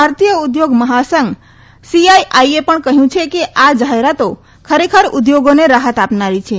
ભારતીય ઉદ્યોગ મહાસંઘ સીઆઈઆઈએ પણ કહયું છે કે આ જાહેરાતો ખરેખર ઉદ્યોગોને રાહત આપનારી છે